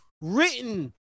written